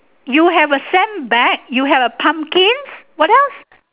you have a sandbag you have a pumpkin what else